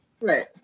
right